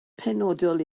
penodol